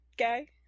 Okay